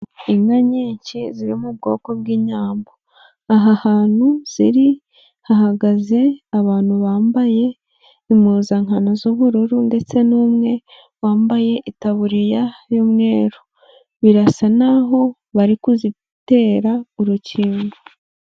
Inka nyinshi ziri mu bwoko bw'inyambo, aha hantu ziri hahagaze abantu bambaye impuzankano z'ubururu ndetse n'umwe wambaye itaburiya y'umweru, birasa naho bari kuzitera urukingo.